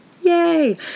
Yay